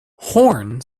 horn